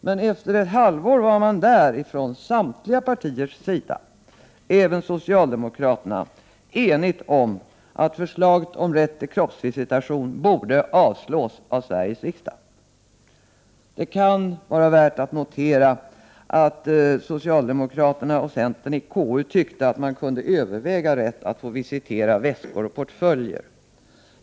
Men efter ett halvår var man där från samtliga partier — även socialdemokraterna — enig om att förslaget om rätt till kroppsvisitation borde avslås av Sveriges riksdag. Det kan vara värt att notera att socialdemokraterna och centern i KU tyckte att man kunde överväga rätt att visitera väskor och portföljer.